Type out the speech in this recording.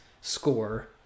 score